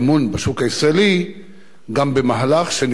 גם במהלך שנבנה על הגברת התחרות בשוק